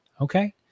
okay